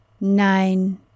nine